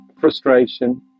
frustration